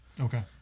Okay